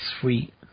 sweet